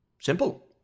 Simple